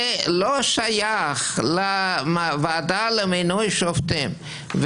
זה לא שייך לוועדה למינוי שופטים.